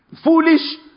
foolish